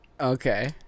Okay